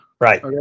Right